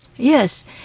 Yes